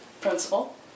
principal